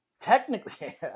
technically